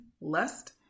lust